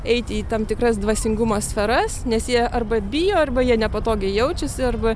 eiti į tam tikras dvasingumas sferas nes jie arba bijo arba jie nepatogiai jaučiasi arba